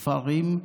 ספרים,